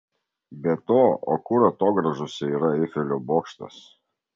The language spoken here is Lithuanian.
be to o kur atogrąžose yra eifelio bokštas